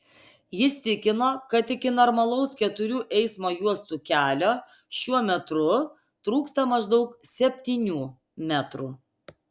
jis tikino kad iki normalaus keturių eismo juostų kelio šiuo metru trūksta maždaug septynių metrų